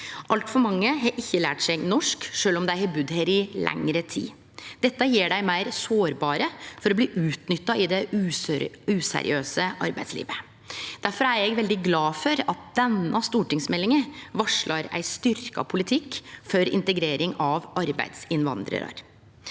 Altfor mange har ikkje lært seg norsk, sjølv om dei har budd her i lengre tid. Dette gjer dei meir sårbare for å bli utnytta i det useriøse arbeidslivet. Difor er eg veldig glad for at denne stortingsmeldinga varslar ein styrkt politikk for integrering av arbeidsinnvandrarar.